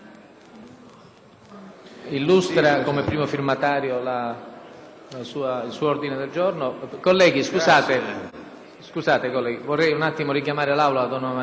grazie.